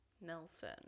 Nelson